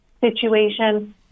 situation